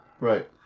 Right